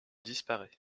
disparaît